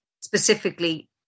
specifically